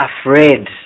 afraid